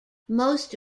most